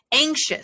anxious